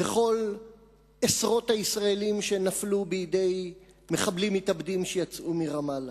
וכל עשרות הישראלים שנפלו בידי מחבלים מתאבדים שיצאו מרמאללה.